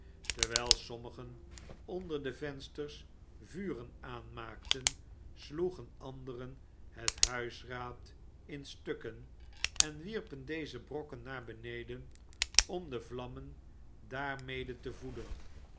terwijl sommigen onder de vensters vuren aanmaakten sloegen anderen het huisraad in stukken en wierpen debrokken naar beneden om de vlammen daarmede te voeden